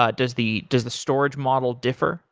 ah does the does the storage model differ?